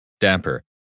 damper